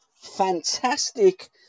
Fantastic